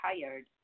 tired